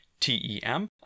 T-E-M